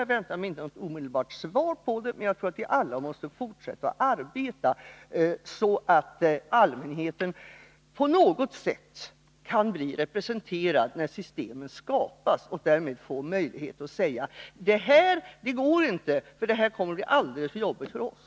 Jag väntar mig inte något omedelbart besked på denna punkt. Vi måste alla fortsätta att arbeta så att allmänheten på något sätt kan bli representerad när systemen skapas och därmed får möjlighet att säga: Det här går inte, för det kommer att bli alldeles för jobbigt för oss!